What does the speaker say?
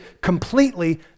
completely